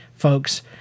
folks